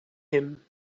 him